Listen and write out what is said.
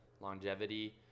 longevity